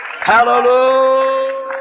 Hallelujah